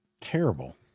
Terrible